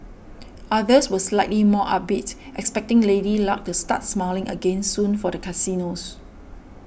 others were slightly more upbeat expecting Lady Luck to start smiling again soon for the casinos